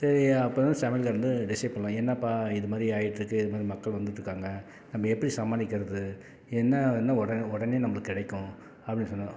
சரி அப்பதான் சமையல்கார் வந்து டிசைட் பண்ணலாம் என்னப்பா இது மாதிரி ஆகிட்ருக்கு இது மாதிரி மக்கள் வந்துட்டு இருக்காங்க நம்ம எப்படி சமாளிக்கிறது என்ன என்ன ஒட உடனே நம்மளுக்கு கிடைக்கும் அப்படின்னு சொன்னேன்